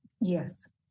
Yes